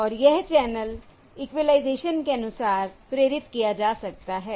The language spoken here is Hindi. और यह चैनल इक्विलाइज़ेशन के अनुसार प्रेरित किया जा सकता है